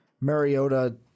Mariota